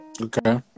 Okay